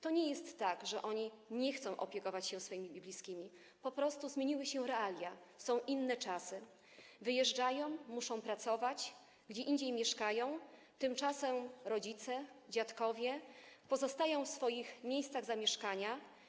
To nie jest tak, że oni nie chcą opiekować się swoimi bliskimi, po prostu zmieniły się realia, są inne czasy, wyjeżdżają, muszą pracować, gdzie indziej mieszkają, tymczasem rodzice, dziadkowie pozostają w swoich miejscach zamieszkania.